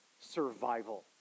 Survival